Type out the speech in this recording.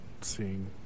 seeing